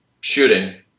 shooting